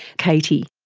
katie.